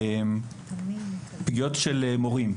בעיקר פגיעות של מורים.